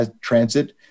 transit